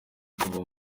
kuva